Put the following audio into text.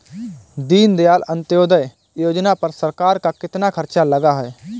दीनदयाल अंत्योदय योजना पर सरकार का कितना खर्चा लगा है?